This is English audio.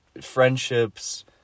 friendships